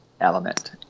element